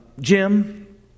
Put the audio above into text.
Jim